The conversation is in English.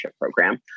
program